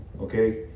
Okay